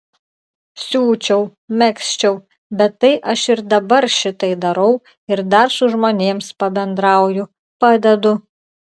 siūčiau megzčiau bet tai aš ir dabar šitai darau ir dar su žmonėms pabendrauju padedu